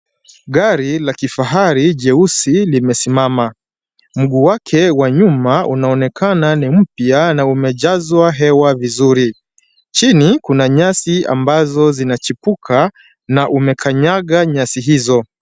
Gari la kifahari jeusi limesimama. Mguu wake wa nyuma unaonekana ni mpya na umejazwa hewa vizuri, chini Kuna nyasi ambazo zinachipuka na umekanyaga nyasi hizo.